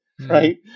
right